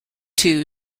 two